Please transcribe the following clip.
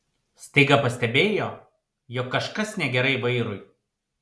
staiga pastebėjo jog kažkas negerai vairui